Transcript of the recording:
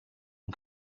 and